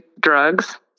drugs